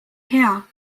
hea